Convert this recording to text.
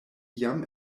jam